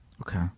Okay